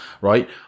right